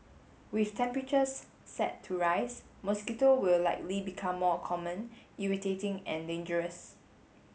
with temperatures set to rise mosquito will likely become more common irritating and dangerous